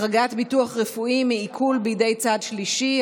(החרגת ביטוח רפואי מעיקול בידי צד שלישי),